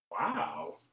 Wow